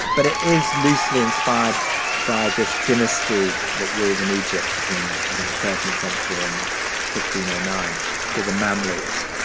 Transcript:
but it is loosely inspired by this dynasty that ruled in egypt between, i think, the thirteenth century and or you know nine called the mamluks.